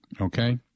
okay